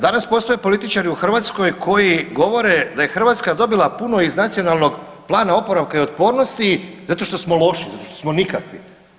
Danas postoje političari u Hrvatskoj koji govori da je Hrvatska dobila puno iz Nacionalnog plana oporavka i otpornosti zato što smo loši, zato što smo nikakvi.